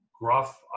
gruff